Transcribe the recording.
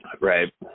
Right